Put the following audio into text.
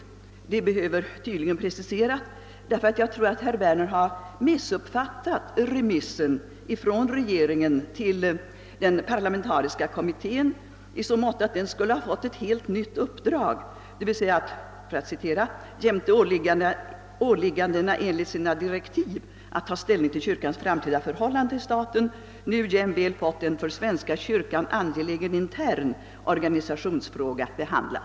Jag tror nämligen att herr Werner har missuppfattat remissen från regeringen till den parlamentariska kommittén i så måtto att herr Werner tror att kommittén skulle ha fått ett helt nytt uppdrag att jämte åliggandena i direktiven — att ta ställning till kyrkans framtida förhållande till staten — »nu jämväl fått en för svenska kyrkan angelägen intern organisationsfråga att behandla».